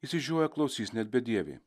išsižioję klausys net bedieviai